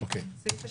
הסעיף השני,